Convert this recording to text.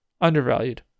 undervalued